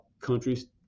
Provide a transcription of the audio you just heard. countries